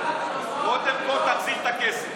קודם כול תחזיר את הכסף.